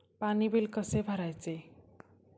पाणी बिल कसे भरायचे?